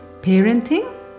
parenting